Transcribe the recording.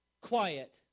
Quiet